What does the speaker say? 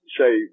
say